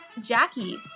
Jackie